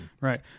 Right